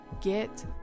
get